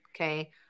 Okay